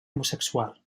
homosexual